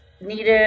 needed